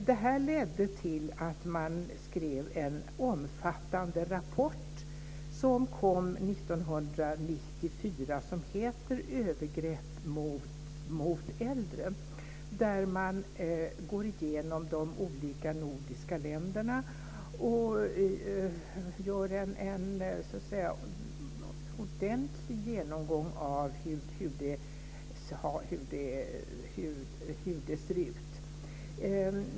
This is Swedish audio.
Det här ledde till att man skrev en omfattande rapport som kom 1994 och som heter Övergrepp mot äldre. Där går man igenom de olika nordiska länderna och gör en ordentlig genomgång av hur det ser ut.